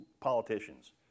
politicians